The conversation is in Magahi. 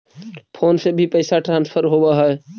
फोन से भी पैसा ट्रांसफर होवहै?